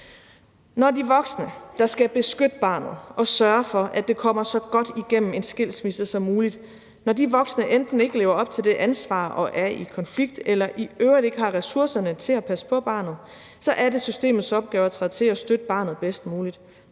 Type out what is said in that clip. Når de voksne, der skal beskytte barnet og sørge for, at det kommer så godt igennem en skilsmisse som muligt, enten ikke lever op til det ansvar og er i konflikt eller i øvrigt ikke har ressourcerne til at passe på barnet, så er det systemets opgave at træde til og støtte barnet bedst muligt.